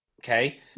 Okay